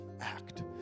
act